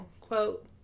quote